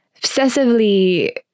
obsessively